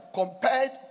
compared